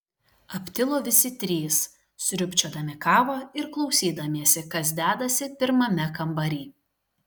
aptilo visi trys sriubčiodami kavą ir klausydamiesi kas dedasi pirmame kambary